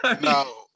no